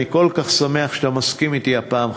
אני כל כך שמח שאתה מסכים אתי הפעם,